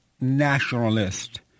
nationalist